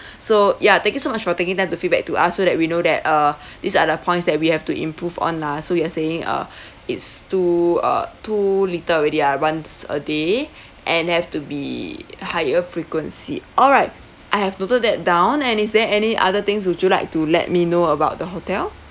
so ya thank you so much for taking time to feedback to us so that we know that uh these are the points that we have to improve on lah so you are saying uh it's too uh too little already ah once a day and have to be higher frequency alright I have noted that down and is there any other things would you like to let me know about the hotel